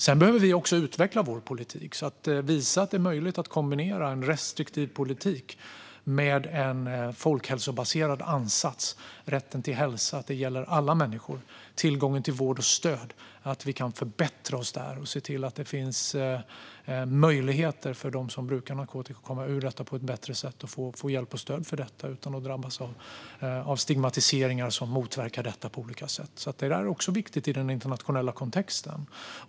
Vi behöver också utveckla vår politik och visa att det är möjligt att kombinera en restriktiv politik med en folkhälsobaserad ansats där rätten till hälsa gäller alla människor. När det gäller tillgången till vård och stöd kan vi förbättra oss och se till att det finns möjligheter för dem som brukar narkotika att komma ur det på ett bättre sätt och få hjälp med och stöd utan att drabbas av stigmatiseringar som motverkar detta på olika sätt. Det där är också viktigt i den internationella kontexten.